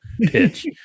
pitch